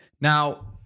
Now